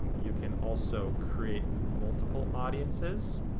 you can also create multiple audiences,